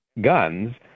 guns